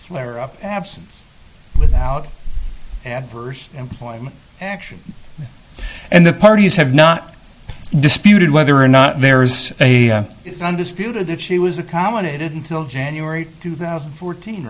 flare up absence without adverse employment action and the parties have not disputed whether or not there is a undisputed that she was accommodated till january two thousand and fourteen